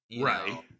Right